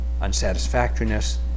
unsatisfactoriness